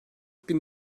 bin